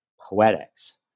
poetics